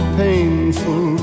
painful